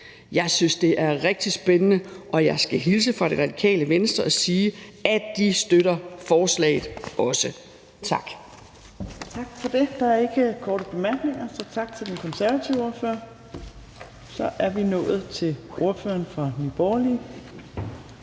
Jeg synes, det er rigtig spændende, og jeg skal hilse fra Det Radikale Venstre og sige, at de også støtter forslaget. Tak.